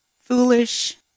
foolish